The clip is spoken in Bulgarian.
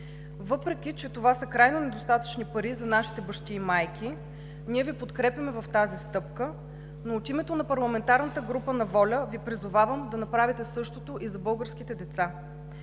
Въпреки че това са крайно недостатъчни пари за нашите бащи и майки, ние Ви подкрепяме в тази стъпка, но от името на парламентарната група на „ВОЛЯ“ Ви призовавам да направите същото и за българските деца.